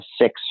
six